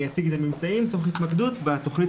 אני אציג את הממצאים תוך התמקדות בתוכנית